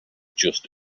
just